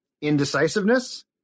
Indecisiveness